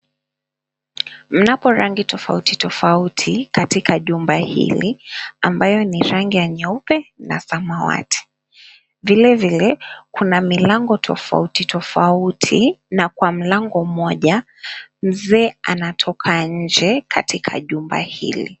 Mnapo rangi tofauti tofauti katika jumba hili, ambayo ni rangi ya nyeupe na samawati. Vilevile kuna milango tofauti tofauti na kwa mlango mmoja mzee anatoka nje katika jumba hili.